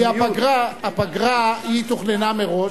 אבל המיעוט כי הפגרה תוכננה מראש,